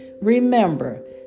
Remember